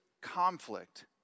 conflict